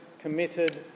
committed